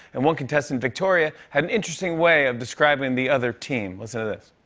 and one contestant, victoria, had an interesting way of describing the other team. listen to this.